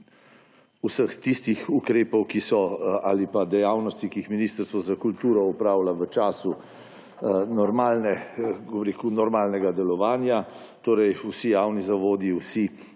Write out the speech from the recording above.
vseh tistih ukrepov ali pa dejavnosti, ki jih Ministerstvo za kulturo opravlja v času normalnega delovanja, torej vsi javni zavodi, vsi